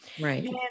right